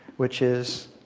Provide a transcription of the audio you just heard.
which is,